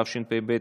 התשפ"ב 2022,